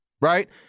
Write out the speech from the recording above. right